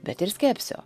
bet ir skepsio